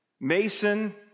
Mason